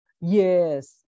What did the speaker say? Yes